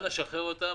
אנא שחרר אותם.